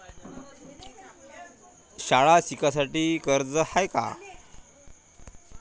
शाळा शिकासाठी कर्ज हाय का?